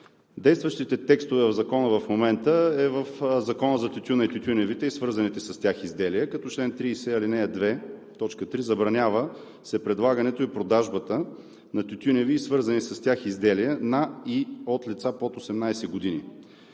Действащите текстове в Закона в момента са в Закона за тютюна, тютюневите и свързаните с тях изделия, като чл. 30, ал. 2, т. 3: „забранява се предлагането и продажбата на тютюневи и свързани с тях изделия на и от лица под 18 години.“